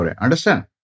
Understand